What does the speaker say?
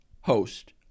host